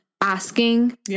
asking